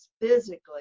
physically